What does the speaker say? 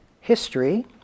history